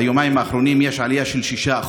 ביומיים האחרונים יש עלייה של 6%,